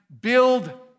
build